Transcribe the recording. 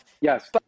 Yes